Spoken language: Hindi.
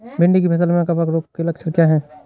भिंडी की फसल में कवक रोग के लक्षण क्या है?